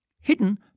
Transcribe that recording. Hidden